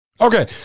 Okay